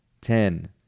Ten